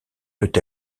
peut